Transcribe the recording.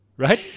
Right